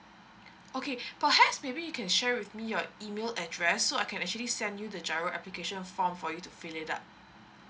okay perhaps maybe you can share with me your email address so I can actually send you the giro application form for you to fill it up